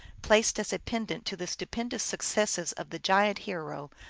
placed as a pendant to the stupendous successes of the giant hero,